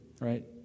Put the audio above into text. right